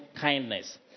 kindness